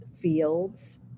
fields